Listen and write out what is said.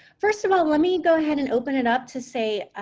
first of all, let me go ahead and open it up to say,